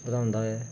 ਵਧਾਉਂਦਾ ਹੈ